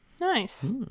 Nice